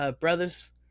brothers